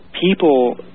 people